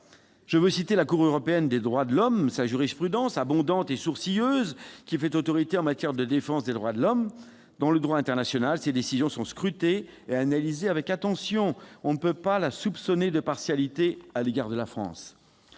Je veux citer la Cour européenne des droits de l'homme. Sa jurisprudence, abondante et sourcilleuse, fait autorité en matière de défense des droits de l'homme. Dans le droit international, ses décisions sont scrutées et analysées avec attention. On ne peut pas la soupçonner de partialité à l'égard de la France.